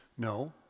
No